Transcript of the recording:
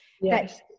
yes